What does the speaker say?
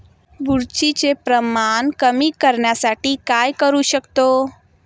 बुरशीचे प्रमाण कमी करण्यासाठी काय करू शकतो?